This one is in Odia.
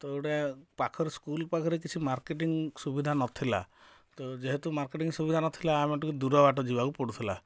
ତ ଗୋଟେ ପାଖରେ ସ୍କୁଲ ପାଖରେ କିଛି ମାର୍କେଟିଂ ସୁବିଧା ନଥିଲା ତ ଯେହେତୁ ମାର୍କେଟିଂ ସୁବିଧା ନଥିଲା ଆମେ ଟିକେ ଦୂର ବାଟ ଯିବାକୁ ପଡ଼ୁଥିଲା